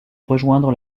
rejoindre